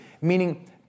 Meaning